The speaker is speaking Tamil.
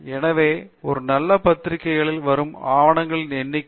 பேராசிரியர் அரிந்தமா சிங் எனவே ஒரு நல்ல பத்திரிகைகளில் வரும் ஆவணங்களின் எண்ணிக்கை